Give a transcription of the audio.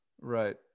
Right